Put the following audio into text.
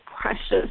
precious